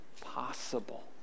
possible